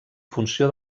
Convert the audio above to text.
funció